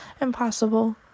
impossible